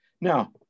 Now